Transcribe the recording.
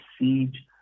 siege